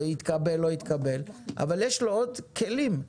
אבל יש לו עוד כלים.